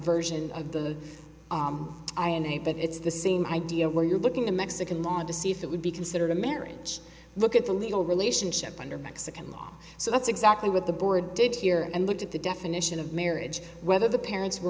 version of the i and a but it's the same idea where you're looking to mexican law to see if it would be considered a marriage look at the legal relationship under mexican law so that's exactly what the board did here and looked at the definition of marriage whether the parents were